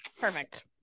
perfect